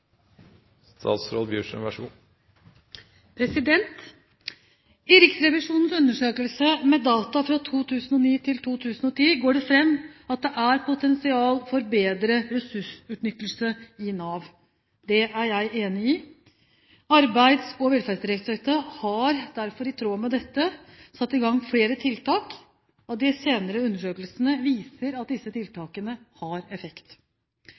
potensial for bedre ressursutnyttelse i Nav. Det er jeg enig i. Arbeids- og velferdsdirektoratet har derfor i tråd med dette satt i gang flere tiltak. De senere undersøkelsene viser at disse tiltakene har effekt.